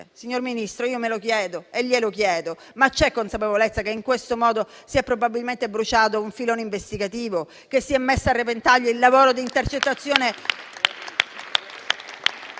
Signor Ministro, io me lo chiedo e glielo chiedo: c'è consapevolezza che in questo modo si è probabilmente bruciato un filone investigativo? Che si è messo a repentaglio il lavoro di intercettazione